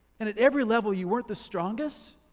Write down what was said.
and at every level, you weren't the strongest,